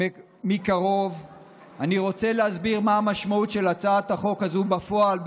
מקרוב אני רוצה להסביר מה המשמעות של הצעת החוק הזו בפועל,